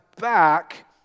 back